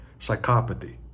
psychopathy